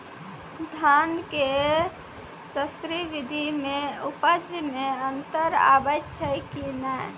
धान के स्री विधि मे उपज मे अन्तर आबै छै कि नैय?